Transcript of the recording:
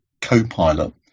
CoPilot